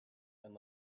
and